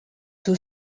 two